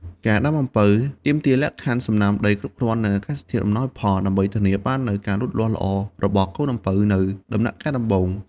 ការដាំអំពៅទាមទារលក្ខខណ្ឌសំណើមដីគ្រប់គ្រាន់ និងអាកាសធាតុអំណោយផល ដើម្បីធានាបាននូវការលូតលាស់ល្អរបស់កូនអំពៅនៅដំណាក់កាលដំបូង។